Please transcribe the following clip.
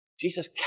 Jesus